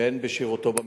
והן בשירותו במשטרה.